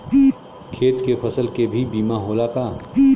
खेत के फसल के भी बीमा होला का?